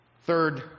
Third